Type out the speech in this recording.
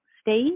state